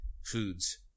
foods